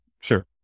sure